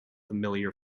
familiar